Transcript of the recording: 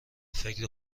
فکر